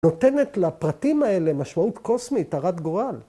‫נותנת לפרטים האלה משמעות ‫קוסמית, הרת גורל.